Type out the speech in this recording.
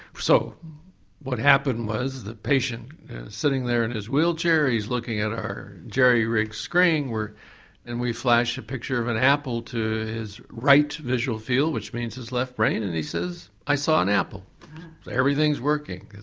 so what happened was the patient's sitting there in his wheelchair, he's looking at our jerry rigged screen, and we flash a picture of an apple to his right visual field which means his left brain and he says, i saw an apple' so everything is working.